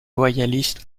loyalistes